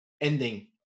ending